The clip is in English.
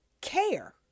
care